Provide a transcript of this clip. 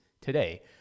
today